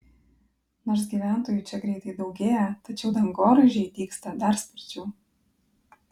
nors gyventojų čia greitai daugėja tačiau dangoraižiai dygsta dar sparčiau